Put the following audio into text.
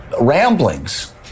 ramblings